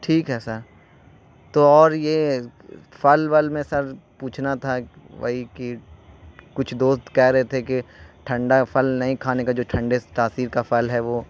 ٹھیک ہے سر تو اور یہ پھل ول میں سر پوچھنا تھا وہی کہ کچھ دوست کہہ رہے تھے کہ ٹھنڈا پھل نہیں کھانے کا جو ٹھنڈے تاثیر کا پھل ہے وہ